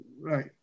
Right